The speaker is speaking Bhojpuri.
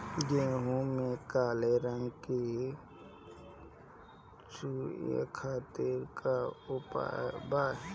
गेहूँ में काले रंग की सूड़ी खातिर का उपाय बा?